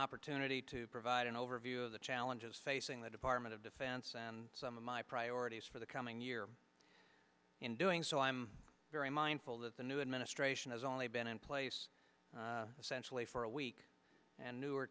opportunity to provide an overview of the challenges facing the department of defense and some of my priorities for the coming year in doing so i'm very mindful that the new administration has only been in place essentially for a week and newer